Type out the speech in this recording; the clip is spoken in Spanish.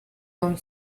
don